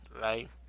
right